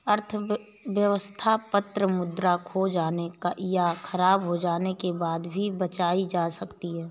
व्यवस्था पत्र मुद्रा खो जाने या ख़राब हो जाने के बाद भी बचाई जा सकती है